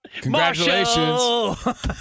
Congratulations